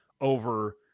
over